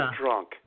drunk